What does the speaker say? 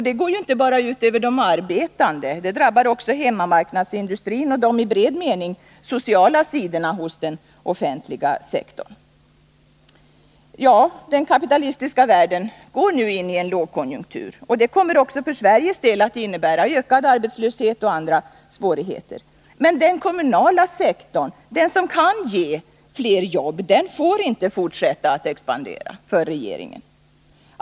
Det går inte bara ut över de arbetande, utan det drabbar också hemmamarknadsindustrin och de i bred mening sociala sidorna hos den offentliga sektorn. Ja, den kapitalistiska världen går nu in i en lågkonjunktur. Det kommer också för Sveriges del att innebära ökad arbetslöshet och andra svårigheter. Men den kommunala sektorn, som kunde ge fler jobb, får inte fortsätta att expandera, säger regeringen.